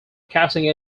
casting